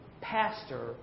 pastor